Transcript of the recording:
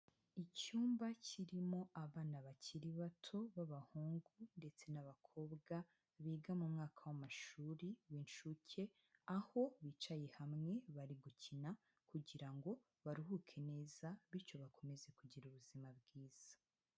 Icyumba kirimo abana bakiri bato b'abahungu ndetse n'abakobwa, biga mu mwaka w'amashuri w'incuke, aho bicaye hamwe bari gukina, kugira ngo baruhuke neza bityo bakomeze kugira ubuzima bwiza.